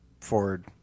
forward